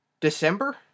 December